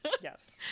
Yes